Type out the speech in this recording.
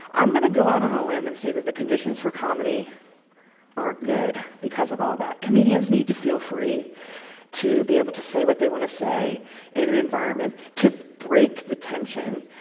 i'm going to go out on a limb and say that the conditions are comedy aren't good because of all that. comedians need to feel free to be able to say what they want to say in an environment to break the tension,